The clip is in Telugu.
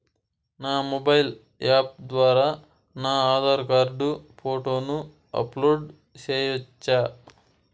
నా మొబైల్ యాప్ ద్వారా నా ఆధార్ కార్డు ఫోటోను అప్లోడ్ సేయొచ్చా?